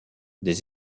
des